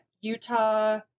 Utah